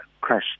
crash